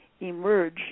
emerge